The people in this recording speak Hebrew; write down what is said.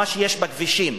מה שיש בכבישים.